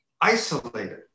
isolated